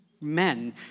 men